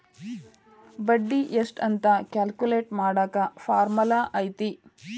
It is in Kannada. ಬಡ್ಡಿ ಎಷ್ಟ್ ಅಂತ ಕ್ಯಾಲ್ಕುಲೆಟ್ ಮಾಡಾಕ ಫಾರ್ಮುಲಾ ಐತಿ